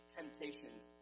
temptations